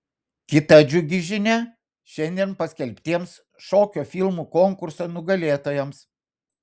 kita džiugi žinia šiandien paskelbtiems šokio filmų konkurso nugalėtojams